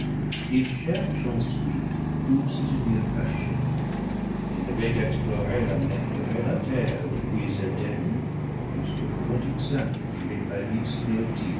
il cherche ensuite où se tenir caché il avait exploré la mer et la terre depuis éden jusqu'au ponteuxin et les